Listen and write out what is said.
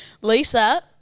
Lisa